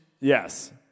Yes